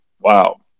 wow